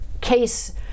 case